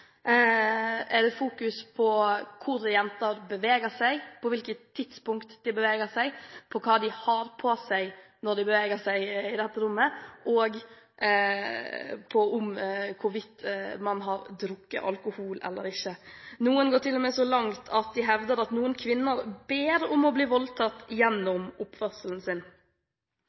er det fokus på hvor jenter beveger seg, i hvilket tidsrom de beveger seg, hva de har på seg når de beveger seg i dette tidsrommet, og hvorvidt de har drukket alkohol eller ikke. Noen går til og med så langt at de hevder at noen kvinner ber om å bli voldtatt gjennom oppførselen sin.